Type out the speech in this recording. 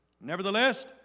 Nevertheless